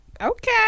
okay